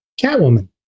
Catwoman